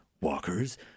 Walkers